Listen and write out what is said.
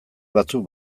batzuk